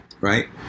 Right